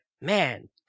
man